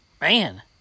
man